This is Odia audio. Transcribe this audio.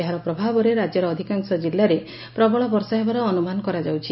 ଏହାର ପ୍ରଭାବରେ ରାଜ୍ୟର ଅଧିକାଂଶ ଜିଲ୍ଲାରେ ପ୍ରବଳ ବର୍ଷା ହେବାର ଅନୁମାନ କରାଯାଉଛି